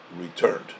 returned